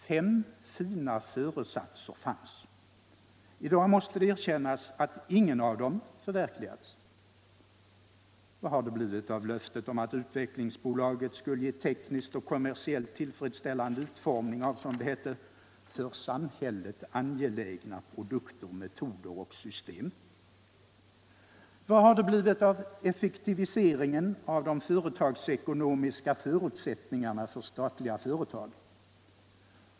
Fem fina föresatser fanns, men i dag måste det erkännas att ingen av dem förverkligats. Vad har det blivit av löftet om att Svenska Utvecklingsaktiebolaget skulle ge tekniskt och kommersiellt tillfredsställande utformning av —- som det hette — för samhället angelägna produkter. metoder och system? Vad har det blivit av effektiviseringen av de företagsekonomiska förutsävningarna för statliga företag?